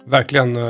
verkligen